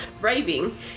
raving